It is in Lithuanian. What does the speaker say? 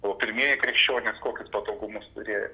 o pirmieji krikščionys kokius patogumus turėjo